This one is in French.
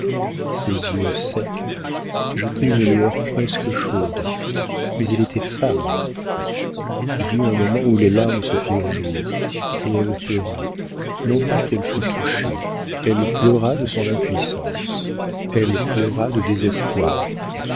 ses yeux secs jetaient une lueur presque chaude mais elle était femme il y eut un moment où les larmes se firent jour et elle pleura non pas qu'elle fût touchée elle pleura de son impuissance elle pleura de désespoir